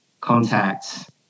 contacts